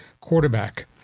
quarterback